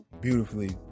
Beautifully